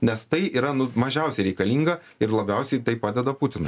nes tai yra nu mažiausiai reikalinga ir labiausiai tai padeda putinui